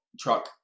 truck